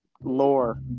lore